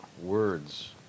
words